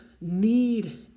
need